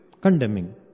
condemning